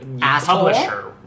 publisher